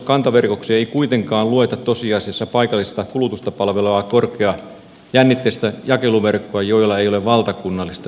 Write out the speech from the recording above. kantaverkoksi ei kuitenkaan lueta tosiasiassa paikallista kulutusta palvelevaa korkeajännitteistä jakeluverkkoa jolla ei ole valtakunnallista sähkön siirtotehtävää